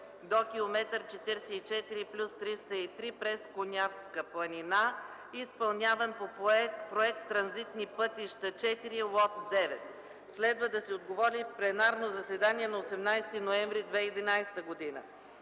до км 44 + 303 /през Конявска планина/, изпълняван по проект „Транзитни пътища ІV, Лот № 9. Следва да се отговори в пленарното заседание на 18 ноември 2011 г.;